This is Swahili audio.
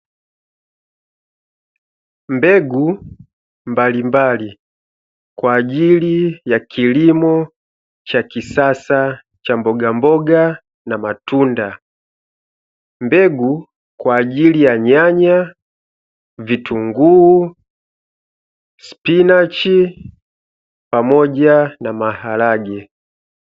Mbegu mbalimbali kwa ajili ya kilimo cha kisasa cha mbogamboga na matunda, mbegu kwa ajili ya nyanya, vitunguu, spinachi pamoja na maharage.